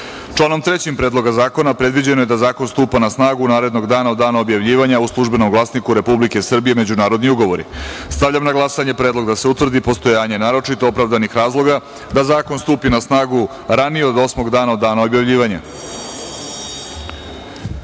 načelu. Članom 3. Predloga zakona predviđeno je da zakon stupa na snagu narednog dana od dana objavljivanja u „Službenom glasniku Republike Srbije – Međunarodni ugovori“.Stavljam na glasanje predlog da se utvrdi postojanje naročito opravdanih razloga da zakon stupi na snagu ranije od osmog dana od dana objavljivanja. Zaključujem